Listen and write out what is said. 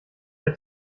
der